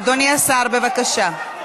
אדוני השר, בבקשה.